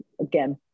again